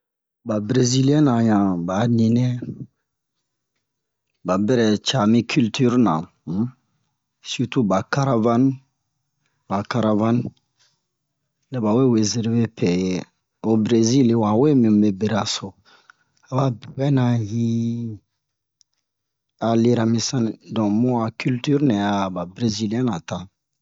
Ba breziliɛn na ɲa ba a ninɛ ba bɛrɛ ça mi kiltir na um sirtu ba karavan ba karavan nɛ bawe we zeremi pɛ yɛ ho brezil wa we mi mu beraso a ba bewɛna hi a lera mi sani don mu'a kiltir nɛ a ba breziliɛn na ta